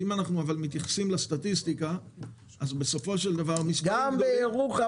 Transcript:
אבל אם נתייחס למספרים הגדולים --- גם בירוחם